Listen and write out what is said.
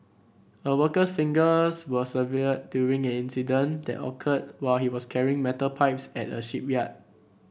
a worker's fingers were severed during an incident that occurred while he was carrying metal pipes at a shipyard